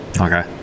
Okay